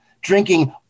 drinking